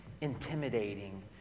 intimidating